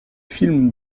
films